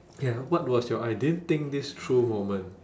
K ah what was your I didn't think this through moment